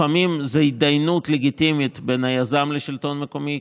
לפעמים זה התדיינות לגיטימית בין היזם לשלטון המקומי,